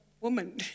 woman